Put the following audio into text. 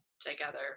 together